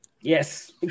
yes